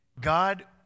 God